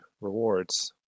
rewards